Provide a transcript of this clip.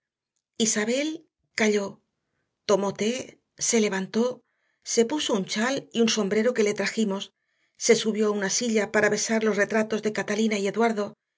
isabel calló tomó té se levantó se puso un chal y un sombrero que le trajimos se subió a una silla para besar los retratos de catalina y eduardo